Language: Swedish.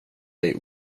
dig